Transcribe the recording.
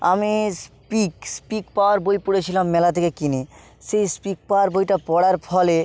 আমি speak speak power বই পড়েছিলাম মেলা থেকে কিনে সেই স্পিক পাওয়ার বইটা পড়ার ফলে